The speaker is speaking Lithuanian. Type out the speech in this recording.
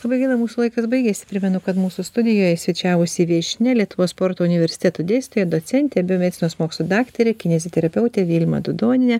labai gaila mūsų laikas baigėsi primenu kad mūsų studijoj svečiavosi viešnia lietuvos sporto universiteto dėstytoja docentė biomedicinos mokslų daktarė kineziterapeutė vilma dudonienė